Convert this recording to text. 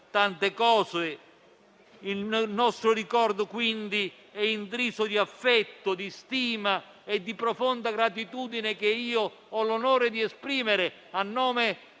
Il nostro ricordo è quindi intriso di affetto, stima e profonda gratitudine che io ho l'onore di esprimere a nome di tutto